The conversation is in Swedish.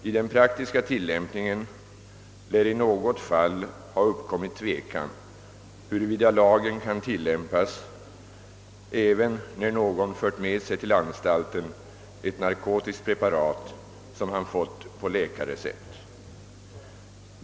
I den praktiska tillämpningen lär i något fall ha uppkommit tvekan huruvida lagen kan tillämpas även när någon fört med sig till anstalten ett narkotiskt preparat som han fått på läkarrecept.